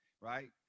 right